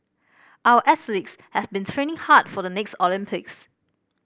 our athletes have been training hard for the next Olympics